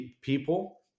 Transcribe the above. people